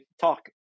talk